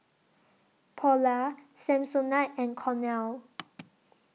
Polar Samsonite and Cornell